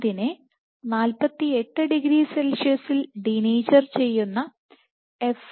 ഇതിനെ 48 ഡിഗ്രി സെൽഷ്യസിൽ ഡിനേച്ച്വർ ചെയ്യുന്ന എഫ്